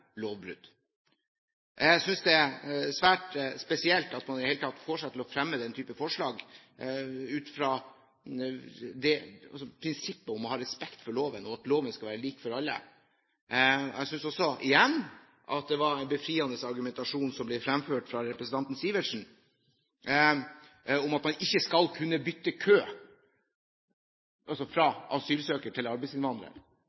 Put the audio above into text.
Jeg synes det er svært spesielt at man i det hele tatt får seg til å fremme den type forslag ut fra prinsippet om å ha respekt for loven og at loven skal være lik for alle. Jeg synes også – igjen – at det var en befriende argumentasjon som ble fremført av representanten Sivertsen, om at man ikke skal kunne bytte kø, altså